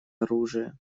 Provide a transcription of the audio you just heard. оружия